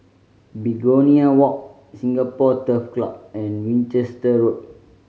Begonia Walk Singapore Turf Club and Winchester Road